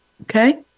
Okay